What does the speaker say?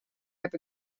heb